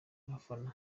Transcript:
abafana